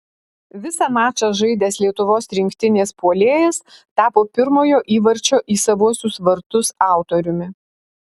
visą mačą žaidęs lietuvos rinktinės puolėjas tapo pirmojo įvarčio į savuosius vartus autoriumi